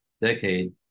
decade